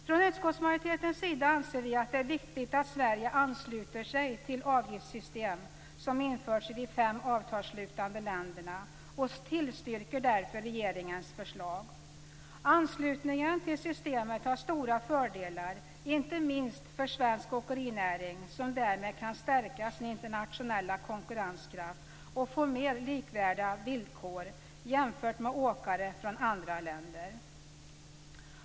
Från utskottsmajoritetens sida anser vi att det är viktigt att Sverige ansluter sig till det avgiftssystem som införts i de fem avtalsslutande länderna och tillstyrker därför regeringens förslag. Anslutningen till systemet har stora fördelar, inte minst för svensk åkerinäring som därmed kan stärka sin internationella konkurrenskraft och få mer likvärdiga villkor jämfört med åkare från andra länder.